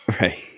Right